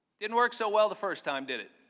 didn't work so well the first time, did it?